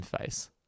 face